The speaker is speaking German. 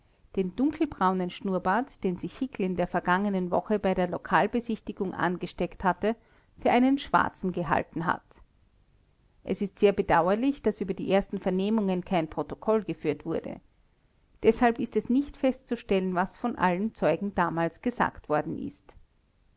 den dunkelbraunen schnurrbart den sich hickel in der vergangenen woche bei der lokalbesichtigung angesteckt hatte für einen schwarzen gehalten hat es ist sehr bedauerlich daß über die ersten vernehmungen kein protokoll geführt wurde deshalb ist es nicht festzustellen was von allen zeugen damals gesagt worden ist